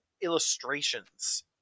illustrations